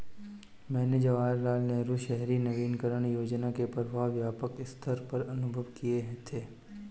मैंने जवाहरलाल नेहरू शहरी नवीनकरण योजना के प्रभाव व्यापक सत्तर पर अनुभव किये थे